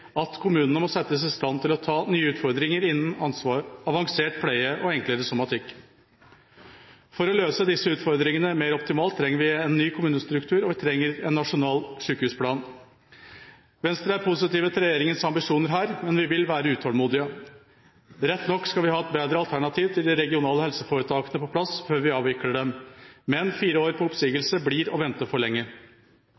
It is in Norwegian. at kommunene må settes i stand til å ta nye utfordringer innen ansvar, avansert pleie og enklere somatikk. For å løse disse utfordringene mer optimalt trenger vi en ny kommunestruktur, og vi trenger en nasjonal sykehusplan. Venstre er positiv til regjeringas ambisjoner her, men vi vil være utålmodige. Rett nok skal vi ha et bedre alternativ til de regionale helseforetakene på plass før vi avvikler dem, men fire år på